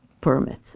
permits